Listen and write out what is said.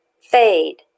fade